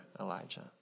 Elijah